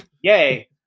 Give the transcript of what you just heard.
Yay